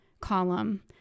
column